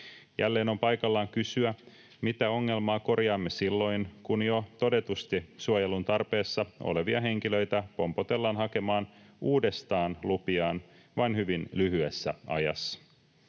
Jälleen on paikallaan kysyä, mitä ongelmaa korjaamme silloin, kun jo todetusti suojelun tarpeessa olevia henkilöitä pompotellaan hakemaan uudestaan lupiaan vain hyvin lyhyessä ajassa.